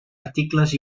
articles